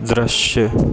दृश्य